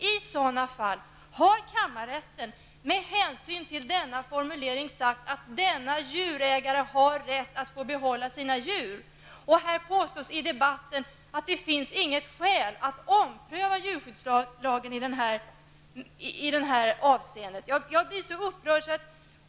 I sådana fall har kammarrätten, med hänsyn till den citerade formuleringen, sagt att denna djurägare har rätt att få behålla sina djur. Här påstås i debatten att det inte finns något skäl att ompröva djurskyddslagen i det avseendet. Jag blir så upprörd!